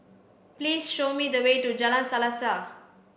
please show me the way to Jalan Selaseh